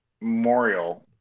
Memorial